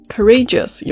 Courageous